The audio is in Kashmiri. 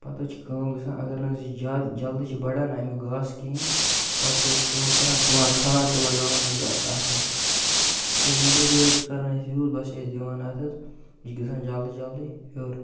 پتہٕ حظ چھِ کٲم گژھان اگر نہٕ حظ یہِ زیادٕ جلدی چھِ بَڑان اَمیُک گاسہٕ کِہیٖنٛۍ پَتہٕ چھِ أسۍ کٲم کَران تُلان کھاد تہٕ لگاوان حظ اَتھ حظ کیٚنٛہہ میٚٹیٖریل چھِ کَران أسۍ یوٗز بَس چھِ أسۍ دِوان اَتھ حظ یہِ چھِ گژھان جلدی جلدی ہیوٚر